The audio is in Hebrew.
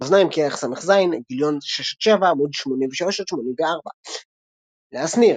מאזנים, כרך ס"ז, גל' 6–7, עמ' 83–84. לאה שניר.